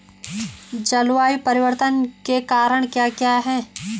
जलवायु परिवर्तन के कारण क्या क्या हैं?